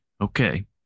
Okay